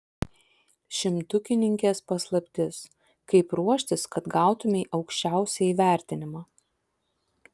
šimtukininkės paslaptis kaip ruoštis kad gautumei aukščiausią įvertinimą